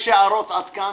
יש הערות עד כאן?